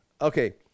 okay